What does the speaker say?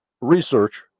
research